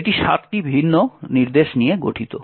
এটি 7 টি ভিন্ন নির্দেশ নিয়ে গঠিত